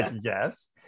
yes